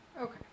Okay